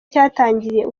cyatangiriye